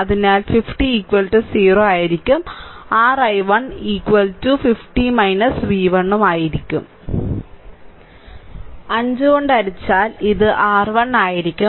അതിനാൽ 50 0 r i1 50 v1 ആയിരിക്കും 5 കൊണ്ട് ഹരിച്ചാൽ ഇത് r i1 ആയിരിക്കും